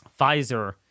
Pfizer